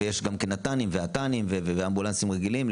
ויש גם נט"נים ואט"נים ואמבולנסים רגילים,